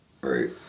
Right